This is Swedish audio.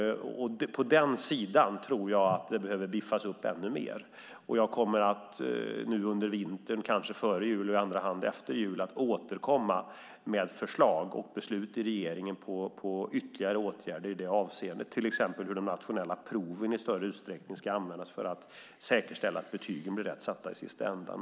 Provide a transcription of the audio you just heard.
På den sidan tror jag att det behöver biffas upp ännu mer. Jag kommer nu under vintern, kanske redan före jul, att återkomma med förslag till beslut i regeringen på ytterligare åtgärder i det avseendet, till exempel hur de nationella proven i större utsträckning ska användas för att säkerställa att betygen blir rätt satta i sista änden.